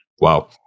wow